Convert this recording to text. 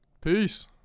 Peace